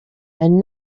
and